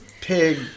pig